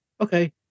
okay